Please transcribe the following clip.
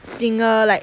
singer like